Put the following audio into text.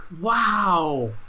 Wow